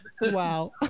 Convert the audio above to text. Wow